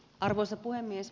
arvoisa puhemies